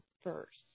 first